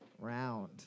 round